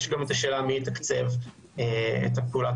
יש גם את השאלה מי יתקצב את פעולת